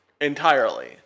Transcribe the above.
entirely